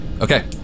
Okay